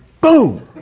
boom